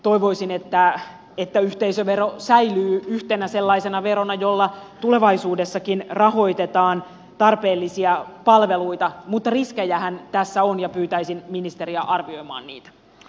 toivoisin että yhteisövero säilyy yhtenä sellaisena verona jolla tulevaisuudessakin rahoitetaan tarpeellisia palveluita mutta riskejähän tässä on ja pyytäisin ministeriä arvioimaan niitä